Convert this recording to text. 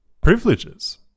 privileges